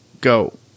go